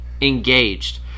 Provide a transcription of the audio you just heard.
engaged